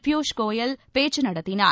பியூஷ் கோயல் பேச்சு நடத்தினார்